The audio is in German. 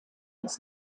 als